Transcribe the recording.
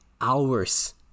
hours